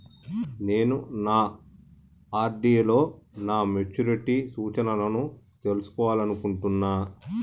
నేను నా ఆర్.డి లో నా మెచ్యూరిటీ సూచనలను తెలుసుకోవాలనుకుంటున్నా